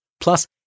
Plus